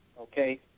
Okay